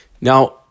Now